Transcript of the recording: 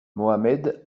mohamed